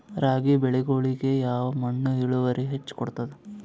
ರಾಗಿ ಬೆಳಿಗೊಳಿಗಿ ಯಾವ ಮಣ್ಣು ಇಳುವರಿ ಹೆಚ್ ಕೊಡ್ತದ?